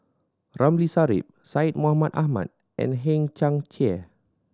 Ramli Sarip Syed Mohamed Ahmed and Hang Chang Chieh